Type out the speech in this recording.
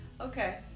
okay